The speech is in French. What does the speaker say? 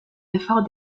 effort